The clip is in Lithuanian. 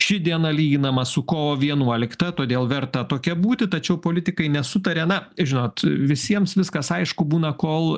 ši diena lyginama su kovo vienuolikta todėl verta tokia būti tačiau politikai nesutaria na žinot visiems viskas aišku būna kol